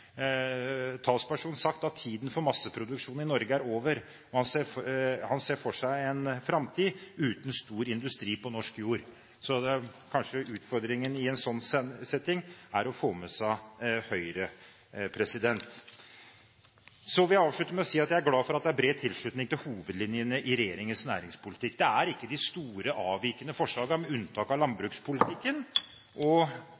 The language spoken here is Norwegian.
sagt at tiden for masseproduksjon i Norge er over. Han ser for seg «en framtid uten storindustri på norsk jord». Så kanskje utfordringen i en slik setting er å få med seg Høyre. Så vil jeg avslutte med å si at jeg er glad for at det er bred tilslutning til hovedlinjene i regjeringens næringspolitikk. Det er ikke de store avvikende forslagene, med unntak av landbrukspolitikken, og slik sett er kanskje opposisjonens beste mulighet å gjøre seg kritisk i sin bruk av ord og